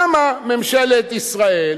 למה ממשלת ישראל